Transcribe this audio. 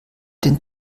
dem